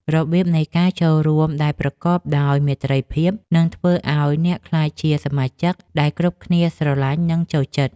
របៀបនៃការចូលរួមដែលប្រកបដោយមេត្រីភាព នឹងធ្វើឱ្យអ្នកក្លាយជាសមាជិកដែលគ្រប់គ្នាស្រឡាញ់ និងចូលចិត្ត។